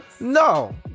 No